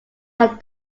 had